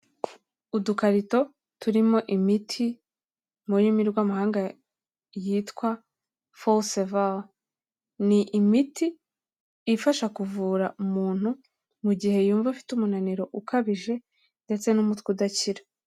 Udukarito turimo imiti mu rurimi rw'amahanga yitwa fosevare. Ni imiti ifasha kuvura umuntu mu gihe yumva afite umunaniro ukabije ndetse n'umutwe udakira.